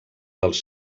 dels